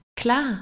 klar